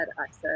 access